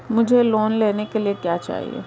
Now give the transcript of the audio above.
मुझे लोन लेने के लिए क्या चाहिए?